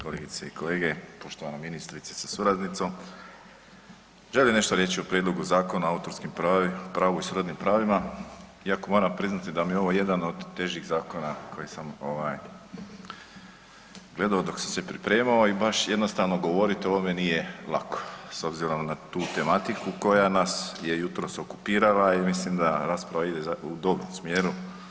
Kolegice i kolege, poštovana ministrice sa suradnicom, želim nešto reći o Prijedlogu Zakona o autorskom pravu i srodnim pravima iako moram priznati da mi je ovo jedan od težih zakona koji sam ovaj gledao dok sam se pripremao i baš jednostavno govoriti o ovome nije lako s obzirom na tu tematiku koja nas je jutros okupirala i mislim da rasprava ide u dobrom smjeru.